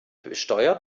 besteuert